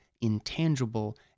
intangible